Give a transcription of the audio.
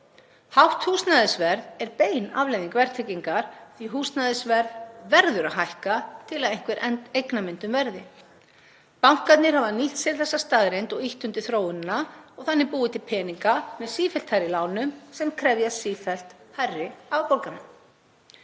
Hátt húsnæðisverð er bein afleiðing verðtryggingar því húsnæðisverð verður að hækka til að einhver eignamyndun verði. Bankarnir hafa nýtt sér þessa staðreynd og ýtt undir þróunina og þannig búið til peninga með sífellt hærri lánum sem krefjast sífellt hærri afborgana.